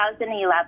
2011